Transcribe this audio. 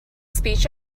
speech